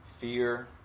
fear